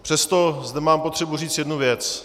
Přesto zde mám potřebu říct jednu věc.